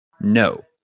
No